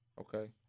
Okay